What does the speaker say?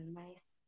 nice